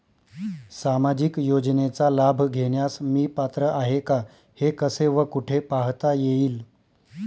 सामाजिक योजनेचा लाभ घेण्यास मी पात्र आहे का हे कसे व कुठे पाहता येईल?